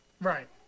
Right